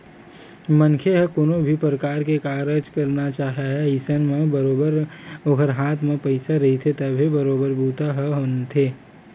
मनखे ह कोनो भी परकार के कारज करना चाहय अइसन म बरोबर ओखर हाथ म पइसा रहिथे तभे बरोबर बूता ह बनथे